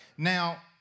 Now